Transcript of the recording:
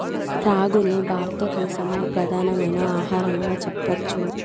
రాగులు భారత దేశంలో ప్రధానమైన ఆహారంగా చెప్పచ్చు